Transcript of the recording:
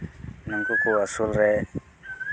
ᱩᱱᱠᱩ ᱠᱚ ᱟᱹᱥᱩᱞ ᱨᱮ